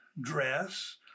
dress